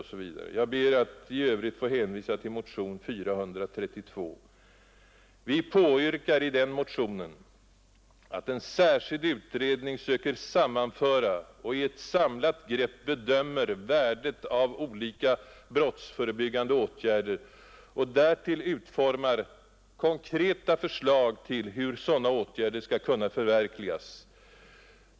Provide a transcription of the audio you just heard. Jag ber att i övrigt få hänvisa till motion 432. Vi påyrkar i nämnda motion att en särskild utredning söker sammanföra och i ett samlat grepp bedömer värdet av olika brottsförebyggande åtgärder och därtill utformar konkreta förslag till hur sådana åtgärder skall kunna förverkligas.